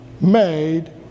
made